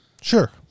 sure